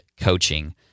coaching